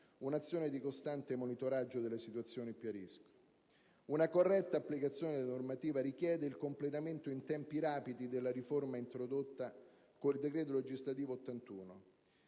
un'azione di costante monitoraggio delle situazioni più a rischio. Una corretta applicazione della normativa richiede il completamento in tempi rapidi della riforma introdotta con il decreto legislativo n.